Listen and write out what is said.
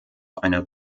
einer